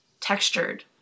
textured